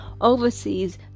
oversees